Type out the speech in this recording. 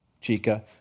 chica